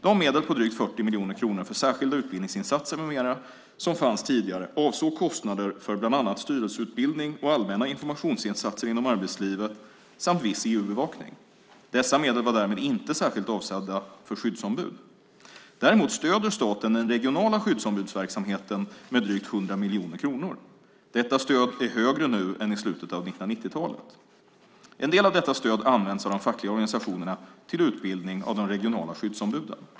De medel på drygt 40 miljoner kronor för särskilda utbildningsinsatser med mera som fanns tidigare avsåg kostnader för bland annat styrelseutbildning och allmänna informationsinsatser inom arbetslivet samt viss EU-bevakning. Dessa medel var därmed inte särskilt avsedda för skyddsombud. Däremot stöder staten den regionala skyddsombudsverksamheten med drygt 100 miljoner kronor. Detta stöd är högre nu än i slutet av 1990-talet. En del av detta stöd används av de fackliga organisationerna till utbildning av de regionala skyddsombuden.